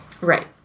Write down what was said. Right